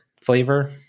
flavor